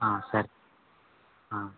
సరే